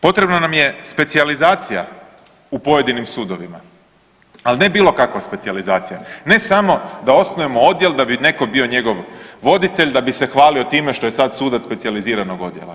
Potrebna nam je specijalizacija u pojedinim sudovima, al ne bilo kakva specijalizacija, ne samo da osnujemo odjel da bi netko bio njegov voditelj, da bi hvalio time što je sad sudac specijaliziranog odjela.